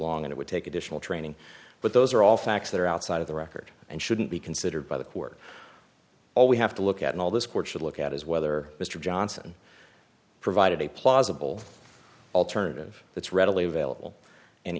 long and it would take additional training but those are all facts that are outside of the record and shouldn't be considered by the court all we have to look at in all this court should look at is whether mr johnson provided a plausible alternative that's readily available and